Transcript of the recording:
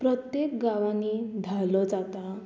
प्रत्येक गांवांनी धालो जाता